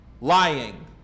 lying